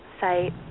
site